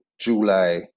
July